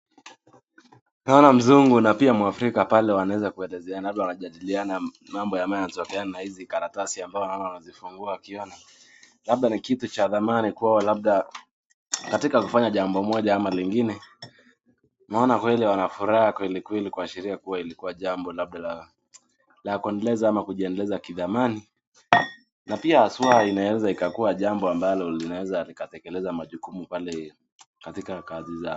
Naona mzungu na pia Mwafrika pale wanaweza kuelekezana labda wanajadiliana mambo ya maana wanazungumzia na hizi karatasi ambazo naona wanazifungua akiona. Labda ni kitu cha thamani kwao labda katika kufanya jambo moja ama lingine. Naona kweli wana furaha kweli kweli kuashiria kuwa ilikuwa jambo labda la la kuendeleza ama kujiendeleza kidhamani. Na pia swala inaweza ikakuwa jambo ambalo linaweza likatekeleza majukumu pale katika kazi za